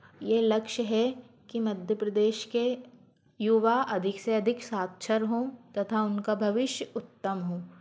यह लक्ष्य है कि मध्य प्रदेश के युवा अधिक से अधिक साक्षर हों तथा उनका भविष्य उत्तम हो